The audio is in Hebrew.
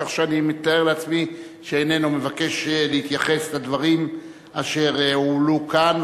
כך שאני מתאר לעצמי שאיננו מבקש להתייחס לדברים אשר הועלו כאן.